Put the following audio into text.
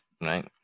right